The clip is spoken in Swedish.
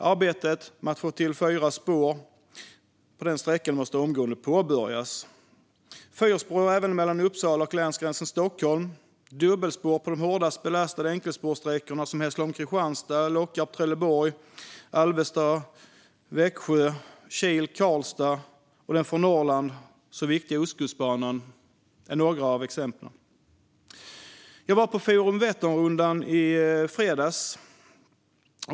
Arbetet med att få till fyra spår på den sträckan måste omgående påbörjas. Andra exempel är fyrspår mellan Uppsala och länsgränsen mot Stockholm, dubbelspår på de hårdast belastade enkelspårsträckorna, som Hässleholm-Kristianstad, Lockarp-Trelleborg, Alvesta-Växjö och Kil-Karlstad, och den för Norrland så viktiga Ostkustbanan. Jag var på Forum Vätternrundan i fredags.